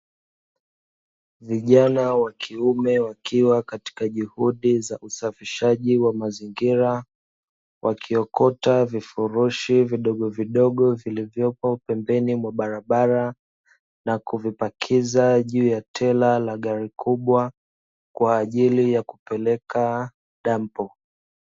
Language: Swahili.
Vijana wa kiume wakiwa katika juhudi za usafishaji wa mazingira. Wakiokota vifurushi vidogo vidogo vilivyopo pembeni ya barabara na kuvipakiza juu ya tela la gari kubwa kwa ajili ya kupeleka “dampo”.